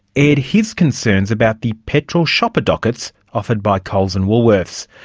aired his concerns about the petrol shopper dockets offered by coles and woolworths.